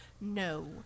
No